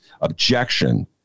objection